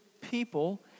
people